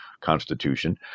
constitution